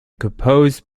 composed